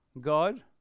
God